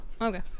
Okay